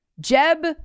Jeb